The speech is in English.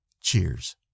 Cheers